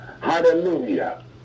Hallelujah